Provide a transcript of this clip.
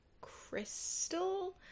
Crystal